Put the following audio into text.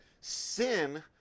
sin